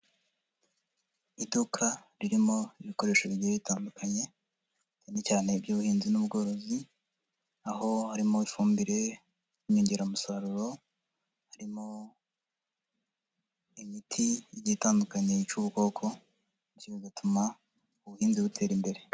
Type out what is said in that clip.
Iduka ririmo ibikoresho bigiye bitandukanye, cyane cyane iby'ubuhinzi n'ubworozi, aho harimo ifumbire y'inyongeramusaruro, harimo imiti igiye igitandukanye yica ubukoko, ibi bigatuma ubuhinzi butera imbere.